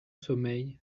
sommeil